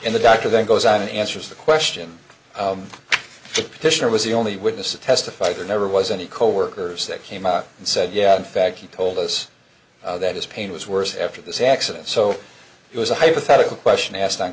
and the doctor then goes on and answers the question the petitioner was the only witness testify there never was any coworkers that came out and said yeah the fact he told us that his pain was worse after this accident so it was a hypothetical question asked on